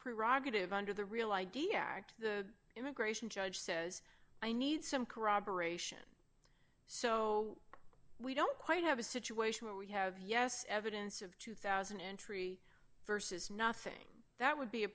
prerogative under the real i d act the immigration judge says i need some corroboration so we don't quite have a situation where we have yes evidence of two thousand and three versus nothing that would be a